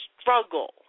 struggle